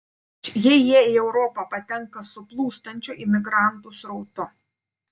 ypač jei jie į europą patenka su plūstančiu imigrantų srautu